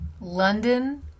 London